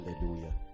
hallelujah